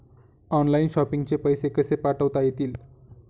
Online shopping चे पैसे कसे पाठवता येतील?